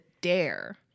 dare